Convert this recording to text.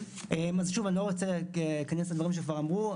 אז שוב, אני לא רוצה להיכנס לדברים שכבר אמרו.